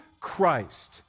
Christ